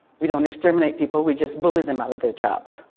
we don't exterminate people, we just bully them out of their jobs.